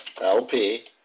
LP